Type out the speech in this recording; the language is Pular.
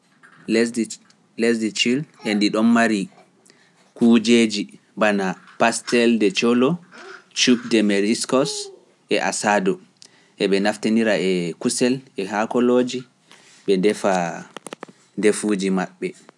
Lesdi ciil ndi ɗon mari kuujeji bana pastel de colo cuuɓde meriskos e asaadu eɓe naftanira e kusel e hakkoloji ɓe defa defuuji maɓɓe.